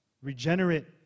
Regenerate